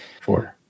four